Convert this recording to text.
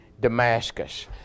Damascus